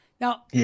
Now